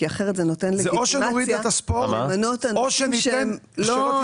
כי אחרת זה נותן לגיטימציה למנות אנשים שהם לא,